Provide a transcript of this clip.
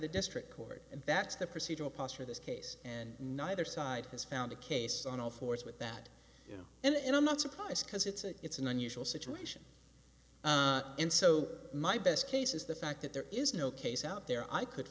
the district court and that's the procedural posture this case and neither side has found a case on all fours with that you know and i'm not surprised because it's an unusual situation and so my best case is the fact that there is no case out there i could